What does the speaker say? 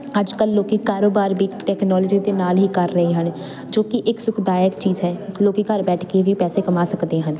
ਅੱਜ ਕੱਲ ਲੋਕੀ ਕਾਰੋਬਾਰ ਵੀ ਟੈਕਨੋਲਜੀ ਦੇ ਨਾਲ ਹੀ ਕਰ ਰਹੇ ਹਨ ਜੋ ਕਿ ਇੱਕ ਸੁਖਦਾਇਕ ਚੀਜ਼ ਹੈ ਲੋਕੀ ਘਰ ਬੈਠ ਕੇ ਵੀ ਪੈਸੇ ਕਮਾ ਸਕਦੇ ਹਨ